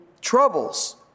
troubles